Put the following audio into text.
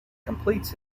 completes